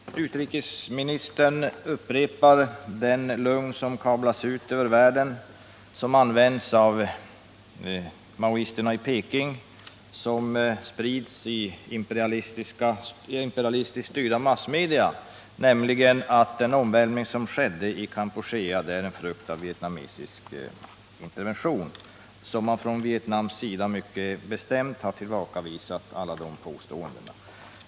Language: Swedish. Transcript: Herr talman! Utrikesministern upprepar den lögn som kablas ut över världen, som används av maoisterna i Peking, som sprids i imperialistiskt styrda massmedia, nämligen att den omvälvning som skedde i Kampuchea är en frukt av vietnamesisk intervention. Från vietnamesisk sida har man mycket bestämt tillbakavisat alla dessa påståenden.